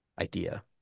idea